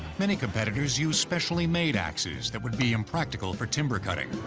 many competitors use specially made axes that would be impractical for timber cutting.